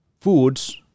foods